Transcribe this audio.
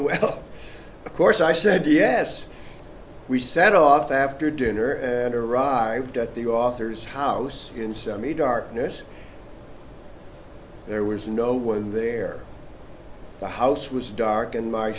of course i said yes we set off after dinner and arrived at the author's house in seventy darkness there was no one there the house was dark and my